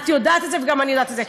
את יודעת את זה וגם אני יודעת את זה.